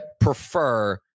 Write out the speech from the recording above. prefer